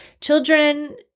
Children